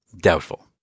Doubtful